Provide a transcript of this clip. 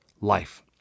life